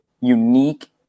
unique